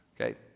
okay